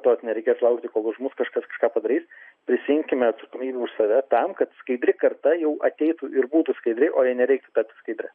tos nereikės laukti kol už mus kažkaskažką padarys prisiimkime atsakomybę už save tam kad skaidri karta jau ateitų ir būtų skaidri o jai nereikrų tapti skaidria